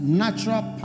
natural